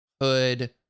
Hood